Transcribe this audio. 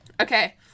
Okay